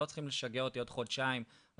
לא צריכים לשגע אותי עוד חודשיים "רגע,